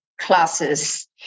classes